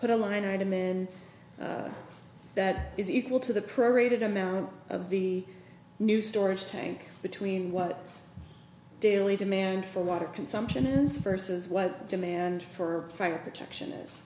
put a line item in that is equal to the parade amount of the new storage tank between what daily demand for water consumption ends versus what demand for fire protection is